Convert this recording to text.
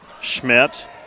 Schmidt